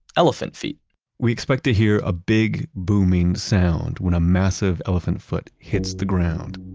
elephant feet we expect to hear a big booming sound when a massive elephant foot hits the ground,